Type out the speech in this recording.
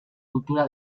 cultura